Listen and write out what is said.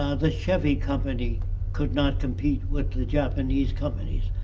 ah the chevy company could not compete with the japanese companies.